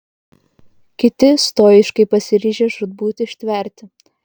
kiti stoiškai pasiryžę žūtbūt ištverti